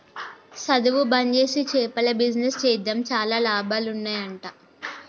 సధువు బంజేసి చేపల బిజినెస్ చేద్దాం చాలా లాభాలు ఉన్నాయ్ అంట